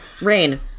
Rain